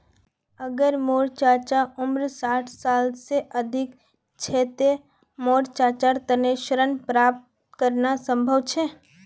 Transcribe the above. अगर मोर चाचा उम्र साठ साल से अधिक छे ते कि मोर चाचार तने ऋण प्राप्त करना संभव छे?